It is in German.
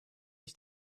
ich